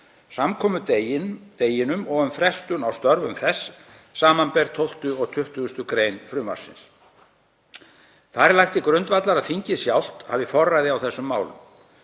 samkomudeginum og um frestun á störfum þess, sbr. 12. og 20. gr. frumvarpsins. Þar er lagt til grundvallar að þingið sjálft hafi forræði á þessum málum.